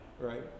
right